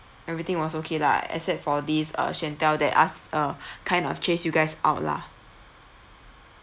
everything was okay lah except for this uh shantel that asked uh kind of chased you guys out lah